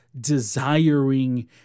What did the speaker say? desiring